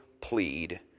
plead